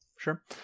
Sure